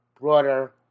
broader